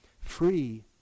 free